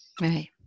Right